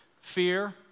Fear